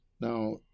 Now